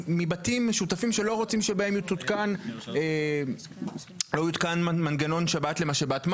מבתים משותפים שבהם לא רוצים שיותקן מנגנון שבת למשאבת מים,